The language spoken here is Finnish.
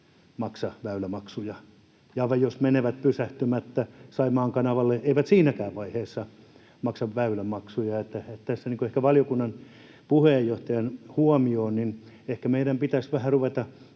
maksa väylämaksuja, ja jos menevät pysähtymättä Saimaan kanavalle, eivät siinäkään vaiheessa maksa väylämaksuja. Tässä ehkä valiokunnan puheenjohtajan huomioon: ehkä meidän pitäisi ruveta